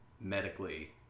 medically